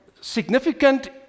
significant